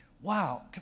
Wow